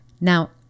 Now